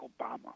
Obama